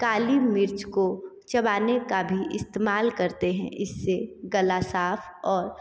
काली मिर्च को चबाने का भी इस्तेमाल करते हैं इस से गला साफ़ और